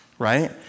Right